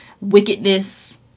wickedness